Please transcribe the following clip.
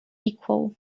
equal